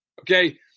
Okay